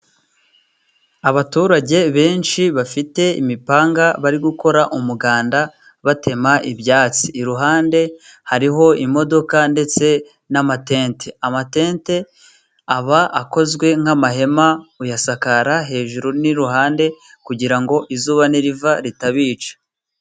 Abaturage benshi bafite imipanga bari gukora umuganda batema ibyatsi. Iruhande hariho imodoka ndetse n'amatente; amatente aba akozwe nk'amahema, uyasakara hejuru n'iruhande kugira ngo izuba niriva ritabica.